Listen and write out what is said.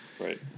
Right